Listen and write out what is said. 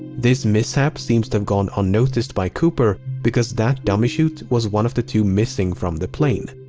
this mishap seems to have gone unnoticed by cooper because that dummy-chute was one of the two missing from the plane.